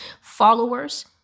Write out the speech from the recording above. followers